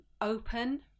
open